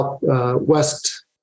West